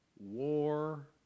war